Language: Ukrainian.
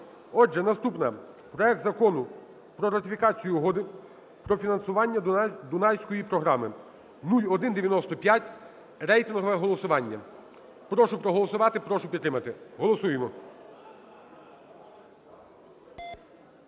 Отже, наступна – проект Закону про ратифікацію Угоди про фінансування Дунайської транснаціональної програми (0196). Рейтингове голосування. Прошу проголосувати, прошу підтримати, голосуємо.